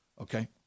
Okay